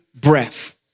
breath